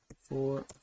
four